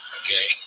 okay